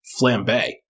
flambe